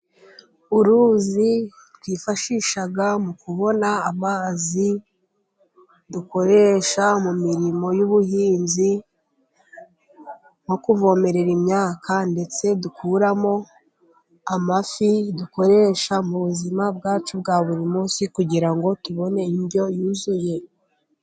Uruzi twifashisha mu kubona amazi dukoresha mu mirimo y'ubuhinzi, nko kuvomerera imyaka, ndetse dukuramo amafi dukoresha mu buzima bwacu bwa buri munsi, kugira ngo tubone indyo yuzuye.